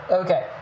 okay